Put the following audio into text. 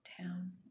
town